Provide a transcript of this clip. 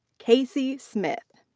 casey smith.